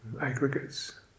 aggregates